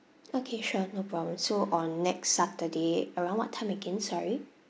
okay sure no problem so on next saturday around what time again sorry